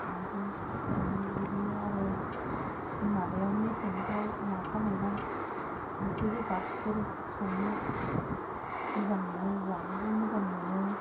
आंथ' संनो बिदिनो आरो माबायाव मेसेंफोराव लाफा मैगं ओंख्रि गोबाबफोर संनो मोजां मोनो जानोबो मोजां मोनो